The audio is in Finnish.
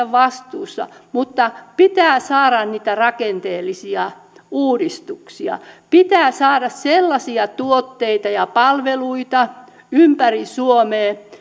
vastuussa mutta pitää saada niitä rakenteellisia uudistuksia pitää saada sellaisia tuotteita ja palveluita ympäri suomea